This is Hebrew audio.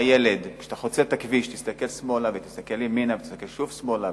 לילד: כשאתה חוצה את הכביש תסתכל שמאלה ותסתכל ימינה ותסתכל שוב שמאלה,